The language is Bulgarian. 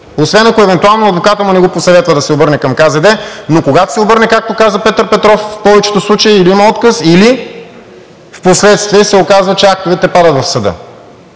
освен ако евентуално адвокатът му не го посъветва да се обърне към КЗД. Но когато се обърне, както каза Петър Петров, в повечето случаи или има отказ, или впоследствие се оказва, че актовете падат в съда.